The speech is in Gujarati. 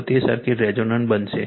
તો તે સર્કિટ રેઝોનન્ટ બનશે